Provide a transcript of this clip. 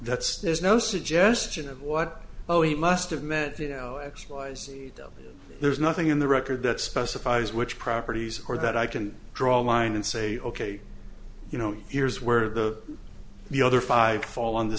that's there's no suggestion of what oh he must have meant you know x y z there is nothing in the record that specifies which properties or that i can draw a line and say ok you know here's where the the other five fall on the